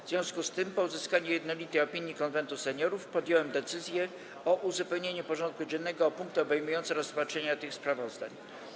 W związku z tym, po uzyskaniu jednolitej opinii Konwentu Seniorów, podjąłem decyzję o uzupełnieniu porządku dziennego o punkty obejmujące rozpatrzenie tych sprawozdań.